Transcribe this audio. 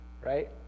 right